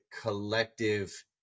collective